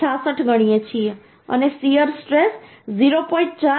66 ગણીએ છીએ અને શીયર સ્ટ્રેસ 0